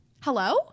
Hello